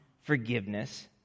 forgiveness